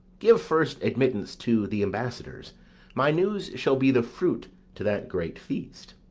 give first admittance to the ambassadors my news shall be the fruit to that great feast.